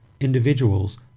individuals